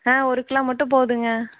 ஆ ஒரு கிலோ மட்டும் போதுங்க